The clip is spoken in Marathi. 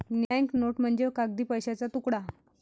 बँक नोट म्हणजे कागदी पैशाचा तुकडा